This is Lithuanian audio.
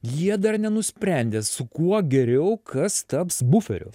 jie dar nenusprendė su kuo geriau kas taps buferiu